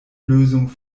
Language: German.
lösung